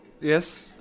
Yes